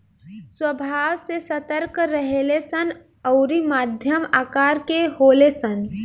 स्वभाव से सतर्क रहेले सन अउरी मध्यम आकर के होले सन